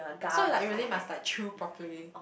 so you like really must like chew properly